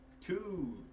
two